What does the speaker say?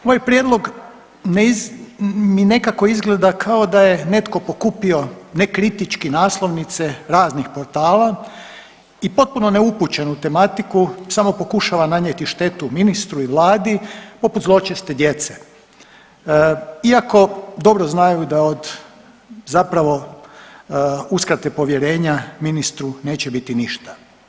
Ovaj prijedlog mi nekako izgleda kao da je netko pokupio nekritički naslovnice raznih portala i potpuno neupućen u tematiku samo pokušava nanijeti štetu ministru i vladi poput zločeste djece iako dobro znaju da od zapravo uskrate povjerenja ministru neće biti ništa.